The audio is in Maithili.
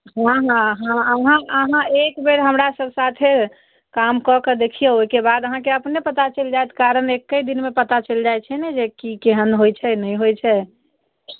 हँ हँ आहाँ अहाँ एक बेर हमरा सब साथे काम कऽ के देखियौ ओहिके बाद अहाँकेँ अपने पता चलि जाएत कारण एकहि दिनमे पता चलि जाइत छै ने की केहन होइत छै नहि होइत छै